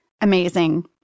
amazing